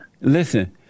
listen